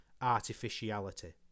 artificiality